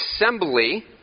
assembly